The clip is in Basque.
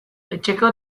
etxeko